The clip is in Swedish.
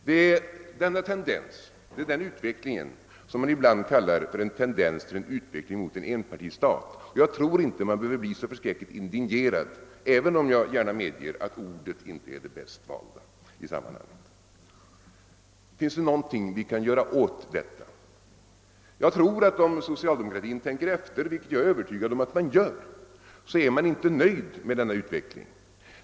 Det är denna tendens som man ibland kallar en tendens till utveckling mot enpartistat — jag tror inte att någon behöver bli indignerad, även om jag medger att ordvalet inte är det bästa i sammanhanget. Finns det då något vi kan göra åt detta? Jag tror att om socialdemokratin tänker efter — vilket jag är övertygad om att man gör — är man inte nöjd med denna utveckling.